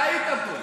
אתה היית פה.